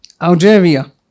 Algeria